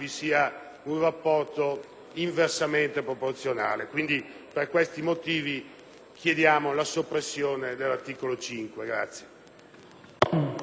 chiediamo la soppressione dell'articolo 5.